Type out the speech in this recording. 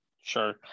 Sure